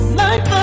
life